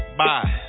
bye